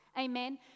amen